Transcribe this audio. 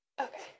Okay